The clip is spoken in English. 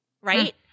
right